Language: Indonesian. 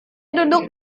duduk